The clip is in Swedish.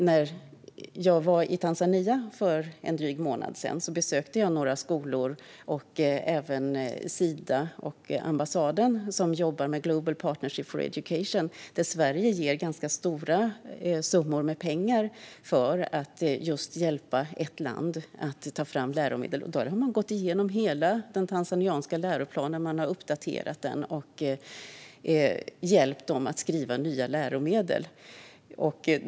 När jag var i Tanzania för en dryg månad sedan besökte jag några skolor. Jag besökte även Sida och ambassaden, som jobbar med The Global Partnership for Education. Sverige ger stora summor pengar för att hjälpa ett land att ta fram läromedel. Man har gått igenom och uppdaterat hela den tanzaniska läroplanen och hjälpt dem att skriva nya läromedel.